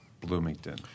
Bloomington